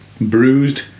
bruised